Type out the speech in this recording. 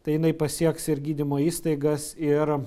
tai jinai pasieks ir gydymo įstaigas ir